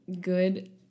good